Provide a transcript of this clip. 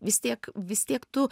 vis tiek vis tiek tu